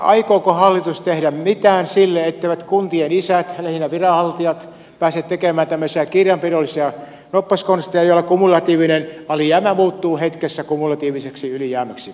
aikooko hallitus tehdä mitään niin etteivät kuntien isät lähinnä viranhaltijat pääse tekemään tämmöisiä kirjanpidollisia noppaskonsteja joilla kumulatiivinen alijäämä muuttuu hetkessä kumulatiiviseksi ylijäämäksi